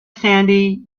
sandy